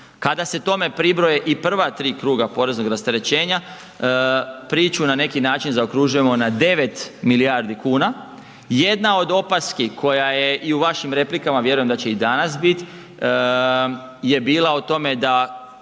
Kada se tome pribroje i prva 3 kruga poreznog rasterećenja priču na neki način zaokružujemo na 9 milijardi kuna. Jedna od opaski koja je i u vašim replikama a vjerujem da će i danas biti je bila o tome da